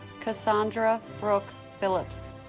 cassandra brooke philips